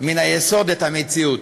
מן היסוד את המציאות.